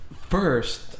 first